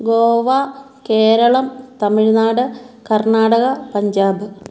Goa Keralam Tamil Nadu Karnataka Punjab